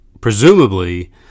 presumably